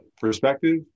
perspective